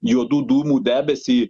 juodų dūmų debesį